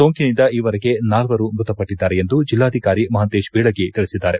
ಸೋಂಕಿನಿಂದ ಈವರೆಗೆ ನಾಲ್ವರು ಮೃತಪಟ್ಟಿದ್ದಾರೆ ಎಂದು ಜಿಲ್ಲಾಧಿಕಾರಿ ಮಹಂತೇಶ್ ಬೀಳಗಿ ತಿಳಿಸಿದ್ದಾರೆ